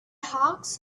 hawks